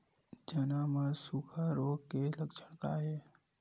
चना म सुखा रोग के लक्षण का हे?